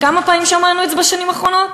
כמה פעמים שמענו את זה בשנים האחרונות?